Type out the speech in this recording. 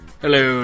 Hello